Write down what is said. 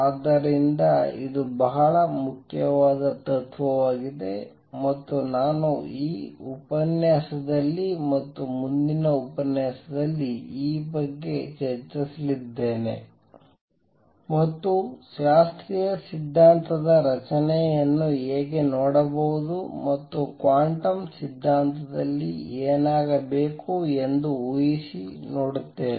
ಆದ್ದರಿಂದ ಇದು ಬಹಳ ಮುಖ್ಯವಾದ ತತ್ವವಾಗಿದೆ ಮತ್ತು ನಾನು ಈ ಉಪನ್ಯಾಸದಲ್ಲಿ ಮತ್ತು ಮುಂದಿನ ಉಪನ್ಯಾಸದಲ್ಲಿ ಈ ಬಗ್ಗೆ ಚರ್ಚಿಸಲಿದ್ದೇನೆ ಮತ್ತು ಶಾಸ್ತ್ರೀಯ ಸಿದ್ಧಾಂತದ ರಚನೆಯನ್ನು ಹೇಗೆ ನೋಡಬಹುದು ಮತ್ತು ಕ್ವಾಂಟಮ್ ಸಿದ್ಧಾಂತದಲ್ಲಿ ಏನಾಗಬೇಕು ಎಂದು ಊಹಿಸಿ ನೋಡುತ್ತೇನೆ